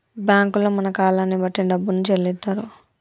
బ్యాంకుల్లో మన కాలాన్ని బట్టి డబ్బును చెల్లిత్తరు